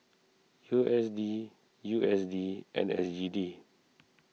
U S D U S D and S E D